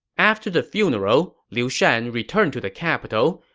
after the funeral, liu shan returned to the capital,